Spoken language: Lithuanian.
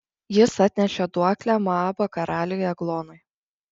jis atnešė duoklę moabo karaliui eglonui